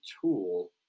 tool